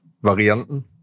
Varianten